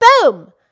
boom